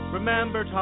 Remember